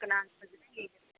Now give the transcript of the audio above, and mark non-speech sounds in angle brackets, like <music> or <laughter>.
ఒక నాలుగు రోజులకే కదా <unintelligible>